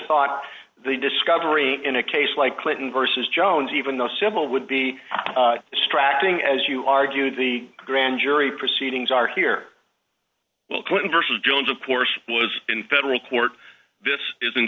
thought the discovery in a case like clinton versus jones even though civil would be distracting as you argue the grand jury proceedings are here well clinton versus jones of course was in federal court this isn't